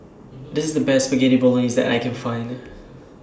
This IS The Best Spaghetti Bolognese that I Can Find